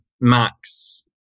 Max